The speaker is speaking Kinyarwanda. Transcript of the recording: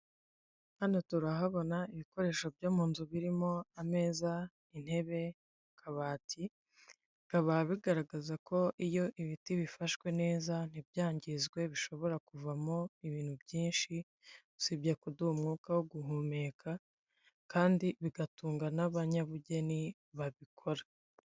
Hano turahabona ibikoresho byo mu nzu birimo ameza, intebe, akabati, bikaba bigaragaza ko iyo ibiti bifashwe neza ntibyangizwe bishobora kuvamo ibintu byinshi, usibye kuduha umwuka wo guhumeka kandi bigatunga n'abanyabugeni babikora.